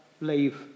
leave